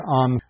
on